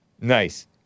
Nice